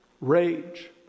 rage